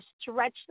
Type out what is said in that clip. stretch